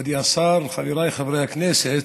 מכובדי השר, חבריי חברי הכנסת,